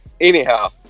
Anyhow